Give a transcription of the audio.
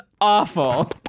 awful